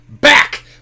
back